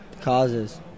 causes